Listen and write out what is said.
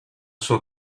sua